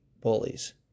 bullies